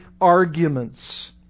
arguments